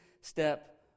step